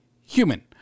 human